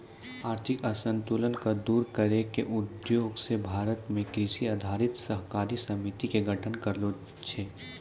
आर्थिक असंतुल क दूर करै के उद्देश्य स भारत मॅ कृषि आधारित सहकारी समिति के गठन करलो गेलो छै